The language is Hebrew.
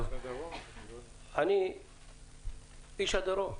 אני איש הדרום.